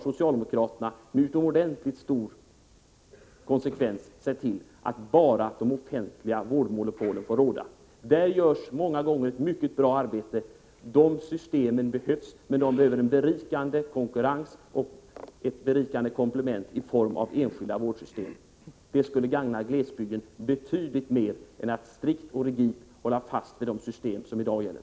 Socialdemokraterna har med utomordentligt stor konsekvens sett till att endast de offentliga vårdmonopolen får råda. Där görs många gånger ett mycket bra arbete. De systemen behövs, men de behöver en berikande konkurrens och ett berikande komplement i form av enskilda vårdsystem. Det skulle gagna glesbygden betydligt mer än om man strikt håller fast vid de system som i dag gäller.